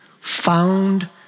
found